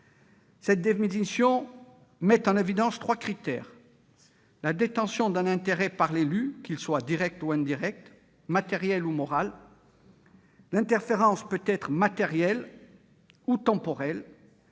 Cette définition met en évidence trois critères : la détention d'un intérêt par l'élu, qu'il soit direct ou indirect, matériel ou moral ; l'interférence peut être matérielle ou temporelle